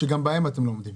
שגם בהם אתם לא עומדים.